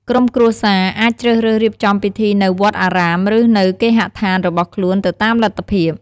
ក្រុមគ្រួសារអាចជ្រើសរើសរៀបចំពិធីនៅ វត្តអារាម ឬនៅ គេហដ្ឋាន របស់ខ្លួន ទៅតាមលទ្ធភាព។